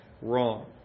wrong